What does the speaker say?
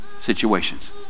situations